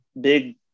big